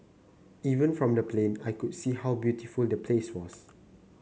even from the plane I could see how beautiful the place was